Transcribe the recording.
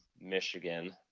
Michigan